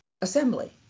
assembly